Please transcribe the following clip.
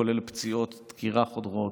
כולל פציעות דקירה חודרות,